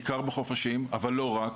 בעיקר בחופשים אבל לא רק.